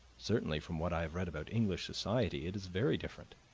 certainly, from what i have read about english society, it is very different.